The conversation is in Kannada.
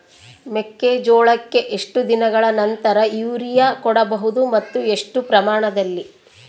ಮೆಕ್ಕೆಜೋಳಕ್ಕೆ ಎಷ್ಟು ದಿನಗಳ ನಂತರ ಯೂರಿಯಾ ಕೊಡಬಹುದು ಮತ್ತು ಎಷ್ಟು ಪ್ರಮಾಣದಲ್ಲಿ?